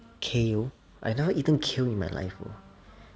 kale I've never eaten kale in my life